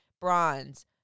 Bronze